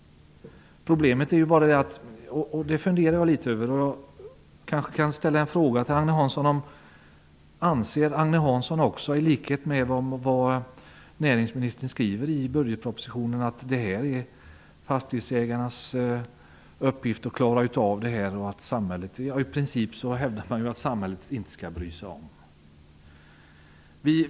Jag kanske kan ställa en fråga till Agne Hansson. Anser Agne Hansson i likhet med näringsministern att det är fastighetsägarnas uppgift att klara av detta och att samhället i princip inte skall bry sig om problemet?